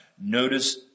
Notice